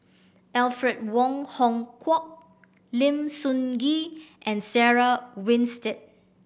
Alfred Wong Hong Kwok Lim Sun Gee and Sarah Winstedt